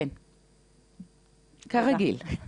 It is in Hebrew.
כרגיל.